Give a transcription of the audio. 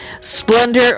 splendor